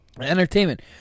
entertainment